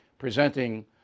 Presenting